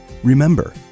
Remember